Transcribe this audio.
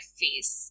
face